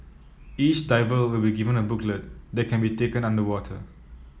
each diver will be given a booklet that can be taken underwater